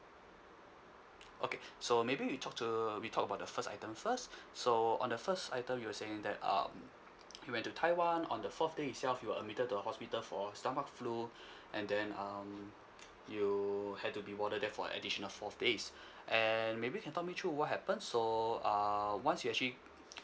okay so maybe we talk to we talk about the first item first so on the first item you were saying that um you went to taiwan on the fourth day itself you were admitted to the hospital for stomach flu and then um you had to be warded there for an additional four days and maybe you can talk me through what happened so uh once you actually